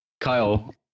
Kyle